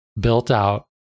built-out